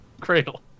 cradle